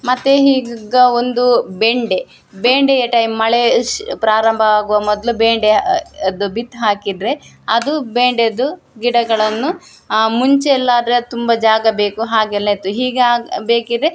ಮತ್ತು ಹಿಗ್ಗ ಒಂದು ಬೆಂಡೆ ಬೆಂಡೆಯ ಟೈಮ್ ಮಳೆ ಅಶ್ ಪ್ರಾರಂಭ ಆಗುವ ಮೊದ್ಲು ಬೆಂಡೆ ಅದು ಬಿತ್ತಿ ಹಾಕಿದರೆ ಅದು ಬೆಂಡೆದು ಗಿಡಗಳನ್ನು ಆ ಮುಂಚೆ ಎಲ್ಲ ಆದರೆ ಅದು ತುಂಬ ಜಾಗ ಬೇಕು ಹಾಗೆಲ್ಲ ಇತ್ತು ಹೀಗೆ ಆಗ ಬೇಕಿದ್ದರೆ